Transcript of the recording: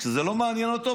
כשזה לא מעניין אותו,